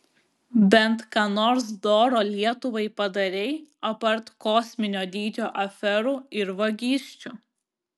bent ką nors doro lietuvai padarei apart kosminio dydžio aferų ir vagysčių